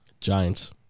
Giants